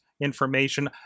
information